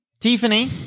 Tiffany